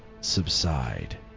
subside